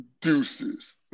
Deuces